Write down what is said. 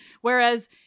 Whereas